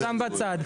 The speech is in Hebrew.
שם בצד.